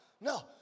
no